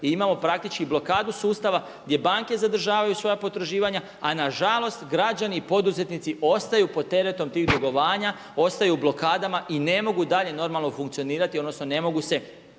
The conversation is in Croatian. i imamo praktički blokadu sustava gdje banke zadržavaju svoja potraživanja a nažalost građani i poduzetnici ostaju pod teretom tih dugovanja, ostaju u blokadama i ne mogu dalje normalno funkcionirati, odnosno ne mogu se